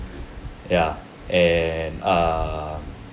ya and um